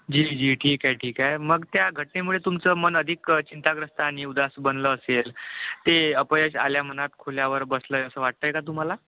जी जी ठीक आहे ठीक आहे मग त्या घटनेमुळे तुमचं मन अधिक चिंताग्रस्त आणि उदास बनलं असेल ते अपयश आल्या मनात खोल्यावर बसलं आहे असं वाटत आहे का तुम्हाला